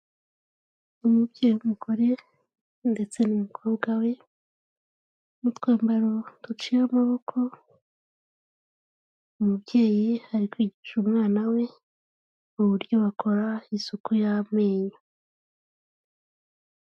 Umubyeyi n'umugore ndetse n'umukobwa we, n'utwambaro duciye amaboko; umubyeyi ari kwigisha umwana we mu buryo bakora isuku y'amenyo.